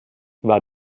war